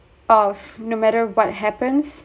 of no matter what happens